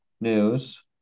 news